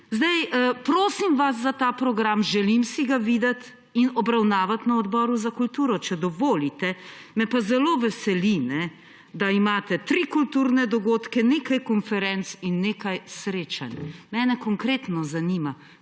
Prosim vas za ta program, želim si ga videti in obravnavati na Odboru za kulturo – če dovolite. Me pa zelo veseli, da imate tri kulturne dogodke, nekaj konferenc in nekaj srečanj. Mene konkretno zanima: